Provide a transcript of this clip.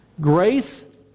Grace